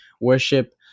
worship